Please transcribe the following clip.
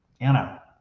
Anna